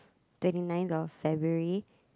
twenty ninth of February